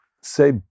say